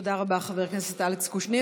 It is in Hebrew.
תודה רבה, חבר הכנסת אלכס קושניר.